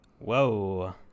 Whoa